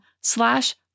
slash